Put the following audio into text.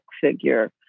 figure